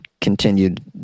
continued